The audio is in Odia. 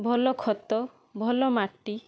ଭଲ ଖତ ଭଲ ମାଟି